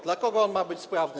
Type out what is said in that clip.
Dla kogo on ma być sprawny?